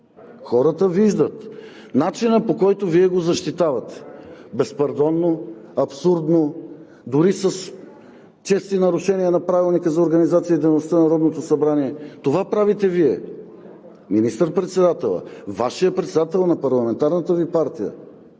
хората виждат! Начинът, по който Вие го защитавате – безпардонно, абсурдно, дори с чести нарушения на Правилника за организацията и дейността на Народното събрание. Това правите Вие. Министър-председателят, Вашият председател на парламентарната Ви партия